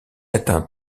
atteint